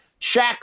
Shaq